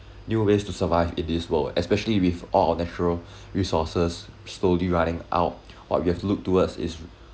new ways to survive in this world especially with all our natural resources slowly running out or you have to look towards is